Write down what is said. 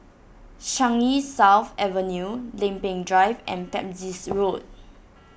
Changi South Avenue Lempeng Drive and Pepys Road